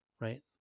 right